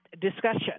discussion